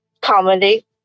comedy